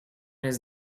his